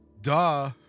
duh